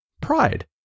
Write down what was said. Pride